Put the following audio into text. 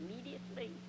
immediately